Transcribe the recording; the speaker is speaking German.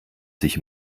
sich